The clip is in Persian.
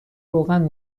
روغن